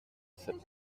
cette